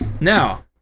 Now